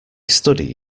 study